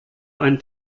ein